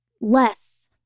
less